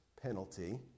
penalty